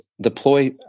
deploy